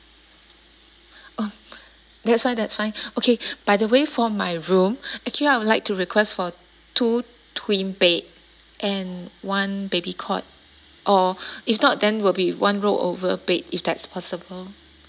oh that's fine that's fine okay by the way for my room actually I would like to request for two twin bed and one baby cot or if not then will be one roll over bed if that's possible